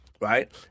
right